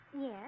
Yes